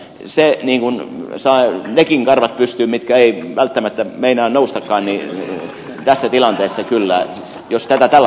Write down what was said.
se saa nekin karvat pystyyn mitkä eivät välttämättä meinaa noustakaan tässä tilanteessa kyllä jos tätä tällä tavalla kehuskelee